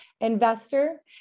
investor